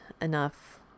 enough